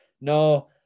no